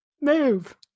move